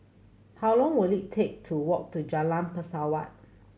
how long will it take to walk to Jalan Pesawat